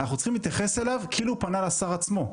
אנחנו צריכים להתייחס אליו כאילו פנה לשר עצמו.